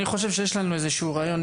אני חושב שיש לנו איזה שהוא רעיון.